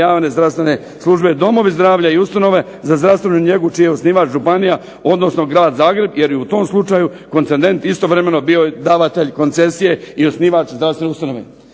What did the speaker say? javne zdravstvene službe domovi zdravlja i ustanove za zdravstvenu njegu čiji je osnivač županija, odnosno grad Zagreb jer je u tom slučaju koncendent istovremeno bio i davatelj koncesije i osnivač zdravstvene ustanove.